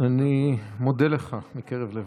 אני מודה לך מקרב לב.